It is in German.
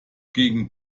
gegen